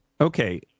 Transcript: Okay